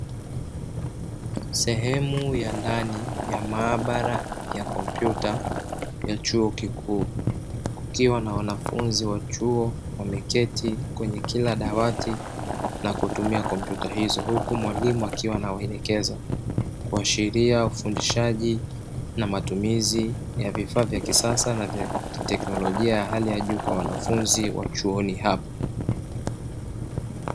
Sehemu ya ndani ya maabara ya kompyuta ya chuo kikuu, kukiwa na wanafunzi wa chuo wameketi kwenye kila dawati na kutumia kompyuta hizo, huku mwalimu akiwa anawaelekeza kuashiria ufundishaji na matumizi ya vifaa vya kisasa na teknolojia ya hali ya juu kwa wanafunzi wa chuoni hapo.